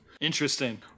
Interesting